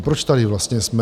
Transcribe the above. Proč tady vlastně jsme?